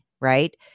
right